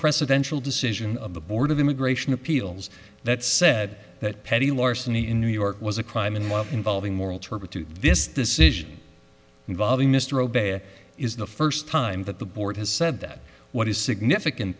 presidential decision of the board of immigration appeals that said that petty larceny in new york was a crime and involving moral turpitude this decision involving mr obey is the first time that the board has said that what is significant